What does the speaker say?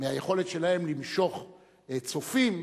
מהיכולת שלהן למשוך צופים,